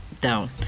Down